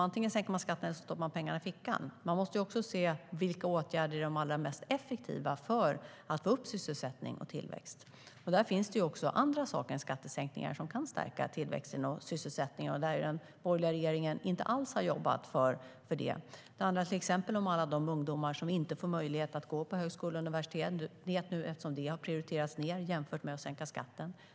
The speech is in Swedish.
Antingen sänker man skatten eller så stoppar man pengarna i fickan. Det handlar till exempel om alla de ungdomar som inte får möjlighet att gå på högskola och universitet eftersom det har prioriterats ned jämfört med att sänka skatten.